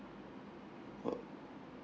uh